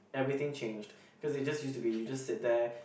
everything changed cause it just used to be you just sit there